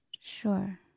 Sure